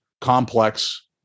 complex